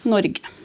Norge